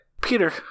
Peter